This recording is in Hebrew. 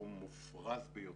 סכום מופרז ביותר,